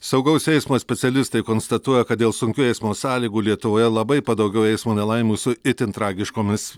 saugaus eismo specialistai konstatuoja kad dėl sunkių eismo sąlygų lietuvoje labai padaugėjo eismo nelaimių su itin tragiškomis